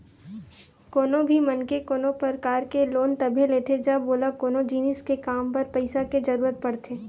कोनो भी मनखे कोनो परकार के लोन तभे लेथे जब ओला कोनो जिनिस के काम बर पइसा के जरुरत पड़थे